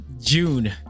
June